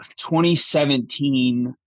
2017